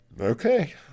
Okay